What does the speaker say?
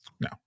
No